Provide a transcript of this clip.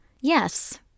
Yes